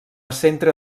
centre